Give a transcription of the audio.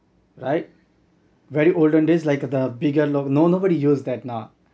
right very olden days like the bigger lock no nobody use that now